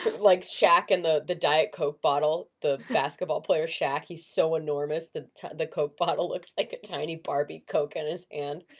but like shaq and the the diet coke bottle, the basketball player shaq, he's so enormous, the the coke bottle looks like a tiny barbie coke in and his and